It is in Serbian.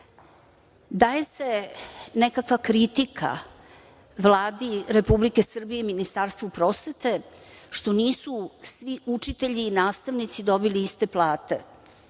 se nekakva kritika Vladi Republike Srbije i Ministarstvu prosvete što nisu svi učitelji i nastavnici dobili iste plate.